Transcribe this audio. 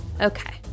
Okay